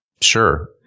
Sure